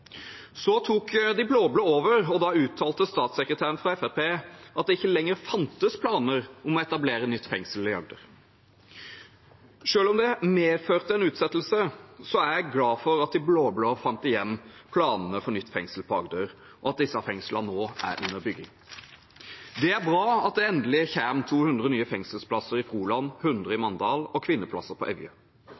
Så tok de blå-blå over, og da uttalte statssekretæren fra Fremskrittspartiet at det ikke lenger fantes planer om å etablere nytt fengsel i Agder. Selv om det medførte en utsettelse, er jeg glad for at de blå-blå fant igjen planene for nye fengsler i Agder, og at disse fengslene nå er under bygging. Det er bra at det endelig kommer 200 nye fengselsplasser i Froland, 100 i Mandal og kvinneplasser på Evje.